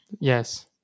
Yes